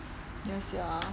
ya sia